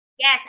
Yes